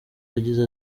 yagize